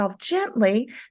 gently